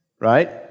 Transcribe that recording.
right